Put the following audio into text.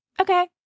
Okay